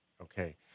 Okay